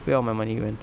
where all my money went